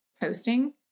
posting